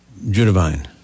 Judavine